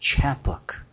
chapbook